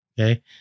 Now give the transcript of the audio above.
Okay